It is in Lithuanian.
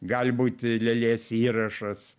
gali būt lėlės įrašas